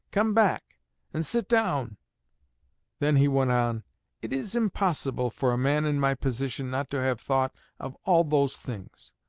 come back and sit down then he went on it is impossible for a man in my position not to have thought of all those things.